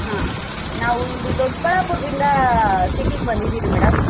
ಹಾಂ ನಾವು ಇಲ್ಲಿ ದೊಡ್ಡ ಬಳ್ಳಾಪುರದಿಂದ ಸಿಟಿಗೆ ಬಂದಿದ್ದೀವ್ರಿ ಮೇಡಮ್